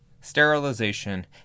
sterilization